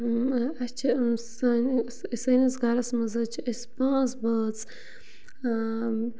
اَسہِ چھِ سٲنۍ سٲنِس گَرَس منٛز حظ چھِ أسۍ پانٛژھ بٲژ